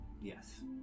Yes